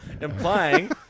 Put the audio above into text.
Implying